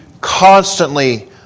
constantly